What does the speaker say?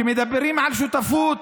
שמדברת על שותפות